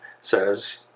says